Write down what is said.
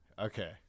Okay